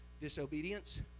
Disobedience